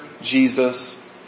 Jesus